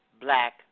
black